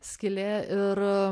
skylė ir